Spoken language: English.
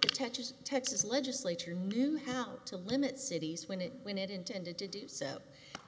detaches texas legislature knew how to limit cities when it when it intended to do so